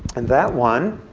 and that one